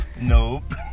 Nope